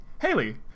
Haley